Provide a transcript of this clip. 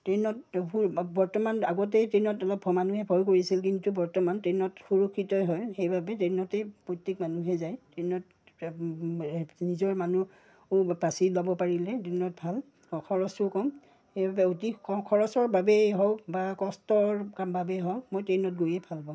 ট্ৰেইনত বৰ্তমান আগতেই ট্ৰেইনত মানুহে ভয় কৰিছিল কিন্তু বৰ্তমান ট্ৰেইনত সুৰক্ষিত হয় সেইবাবে ট্ৰেইনতেই প্ৰত্যেক মানুহে যায় ট্ৰেইনত নিজৰ মানুহ বাচি ল'ব পাৰিলে ট্ৰেইনত ভাল খৰচো কম সেইবাবে অতি খৰচৰ বাবেই হওক বা কষ্টৰ কাম বাবেই হওক মই ট্ৰেইনত গৈয়েই ভাল পাওঁ